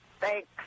thanks